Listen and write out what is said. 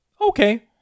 Okay